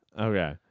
Okay